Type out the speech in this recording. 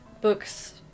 books